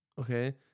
Okay